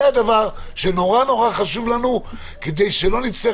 זה הדבר שנורא נורא חשוב לנו כדי שלא נצטרך